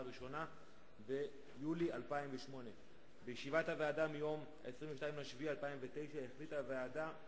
הראשונה ביולי 2008. בישיבת הוועדה מיום 22 ביולי 2009 החליטה הוועדה,